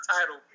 title